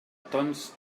tons